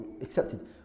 accepted